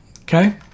okay